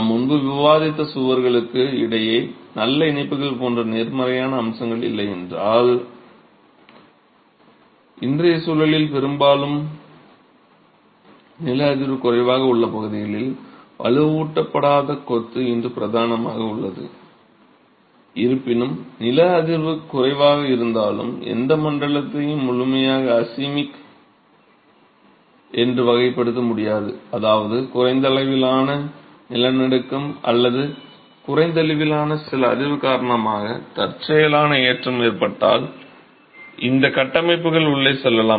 நாம் முன்பு விவாதித்த சுவர்களுக்கு இடையே நல்ல இணைப்புகள் போன்ற நேர்மறையான அம்சங்கள் இல்லை என்றால் இன்றைய சூழலில் பெரும்பாலும் நில அதிர்வு குறைவாக உள்ள பகுதிகளில் வலுவூட்டப்படாத கொத்து இன்று பிரதானமாக உள்ளது இருப்பினும் நில அதிர்வு குறைவாக இருந்தாலும் எந்த மண்டலத்தையும் முழுமையாக அசிஸ்மிக் என்று வகைப்படுத்த முடியாது அதாவது குறைந்த அளவிலான நிலநடுக்கம் அல்லது குறைந்த அளவிலான நில அதிர்வு காரணமாக தற்செயலான ஏற்றம் ஏற்பட்டால் இந்த கட்டமைப்புகள் உள்ளே செல்லலாம்